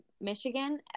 Michigan